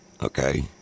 okay